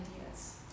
ideas